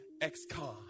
ex-con